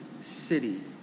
city